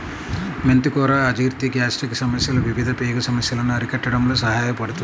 మెంతి కూర అజీర్తి, గ్యాస్ట్రిక్ సమస్యలు, వివిధ పేగు సమస్యలను అరికట్టడంలో సహాయపడుతుంది